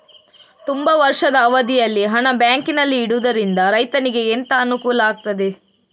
ತುಂಬಾ ವರ್ಷದ ಅವಧಿಯಲ್ಲಿ ಹಣ ಬ್ಯಾಂಕಿನಲ್ಲಿ ಇಡುವುದರಿಂದ ರೈತನಿಗೆ ಎಂತ ಅನುಕೂಲ ಆಗ್ತದೆ?